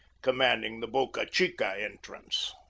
commanding the boca chica entrance.